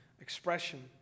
expression